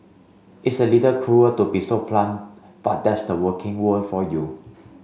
it's a little cruel to be so blunt but that's the working world for you